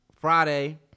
Friday